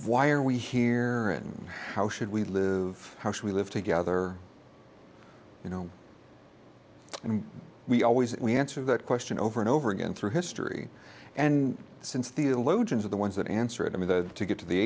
why are we here and how should we live how should we live together you know and we always we answer that question over and over again through history and since theologians are the ones that answer it i mean that to get to the